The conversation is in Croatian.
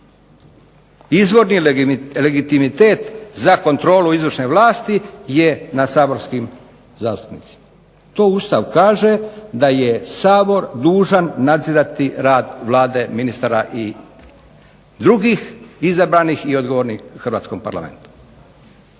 Izvorni legitimitet za kontrolu izvršne vlasti je na saborskim zastupnicima. To Ustav kaže da je Sabor dužan nadzirati rad Vlade, ministara i drugih izabranih i odgovornih hrvatskom Parlamentu.